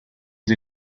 sie